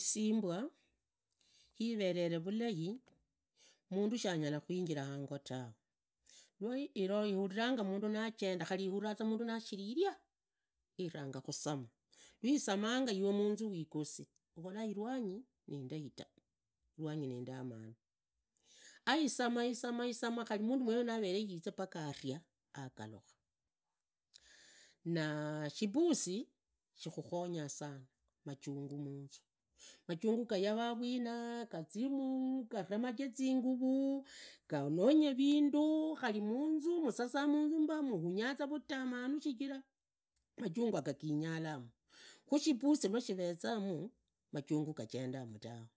Isimbwa hivevere vulai mundu shanyalakhuinjira hango tawe nuivare ihaviranga mundu najenda, iharivaa mundu nashiri iria khu iranga khusama rwisamanga iwe munzu wigosi uhulla irwanyi nindak ta irwanyi nindamanu, isama isama khari mundu mwenoyo yavere yizanga aria agalakha. Na shipusi shikhukhonya sana majungu manzu, majungu gayavaa vwina gazimuu gavemaganye zinguvuu, gaonyonye vindu khari munzu yumu musasa munzu ta muhonyaza vutamanu shichira majungu yaga ginyalamu, khu shipusi shivezamu majangu gajendamu tawe.